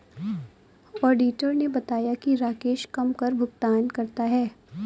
auditor ने बताया कि राकेश कम कर भुगतान करता है